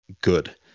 good